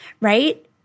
right